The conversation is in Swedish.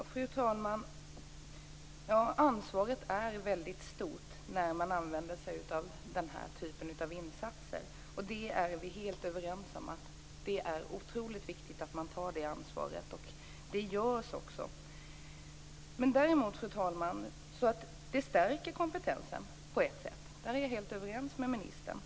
Fru talman! Ansvaret är mycket stort när man använder sig av den här typen av insatser. Vi är helt överens om att det är otroligt viktigt att man tar det ansvaret. Det görs också. På ett sätt stärker det kompetensen, fru talman, det är jag helt överens med ministern om.